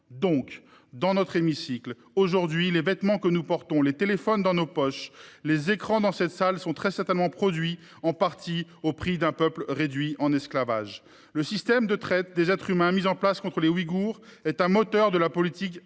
même de cet hémicycle, aujourd'hui, les vêtements que nous portons, les téléphones dans nos poches, les écrans sont très certainement produits en partie au prix de la liberté d'un peuple réduit en esclavage. Le système de traite des êtres humains mis en place contre les Ouïghours est un moteur de la politique industrielle